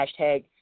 hashtag